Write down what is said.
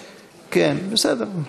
כן, בסדר.